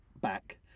back